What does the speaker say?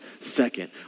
second